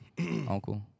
Uncle